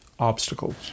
obstacles